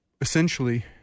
essentially